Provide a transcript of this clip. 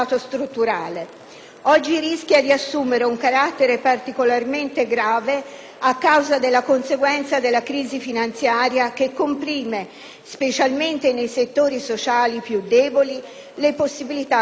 essa rischia di assumere un carattere particolarmente grave a causa delle conseguenze della crisi finanziaria, che comprime, specialmente nei settori sociali più deboli, le possibilità di affrontarla.